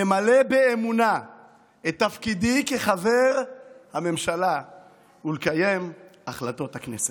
למלא באמונה את תפקידי כחבר הממשלה ולקיים את החלטות הכנסת.